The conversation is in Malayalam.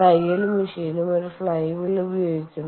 തയ്യൽ മെഷീനും ഒരു ഫ്ലൈ വീൽ ഉപയോഗിക്കുന്നു